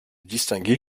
distinguai